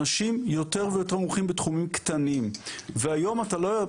אנשים יותר ויותר מומחים בתחומים קטנים והיום אתה לא,